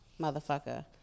motherfucker